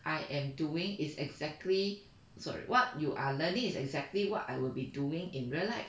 I am doing is exactly sorry what you are learning is exactly what I will be doing in real life